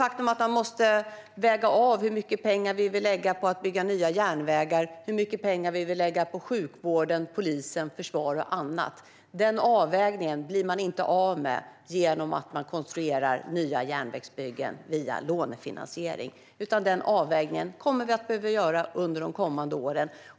Avvägningen när det gäller hur mycket pengar man vill lägga på att bygga nya järnvägar, hur mycket pengar man vill lägga på sjukvården, polisen, försvaret och annat blir man inte av med genom att man konstruerar nya järnvägsbyggen via lånefinansiering, utan den avvägningen kommer man att behöva göra under de kommande åren.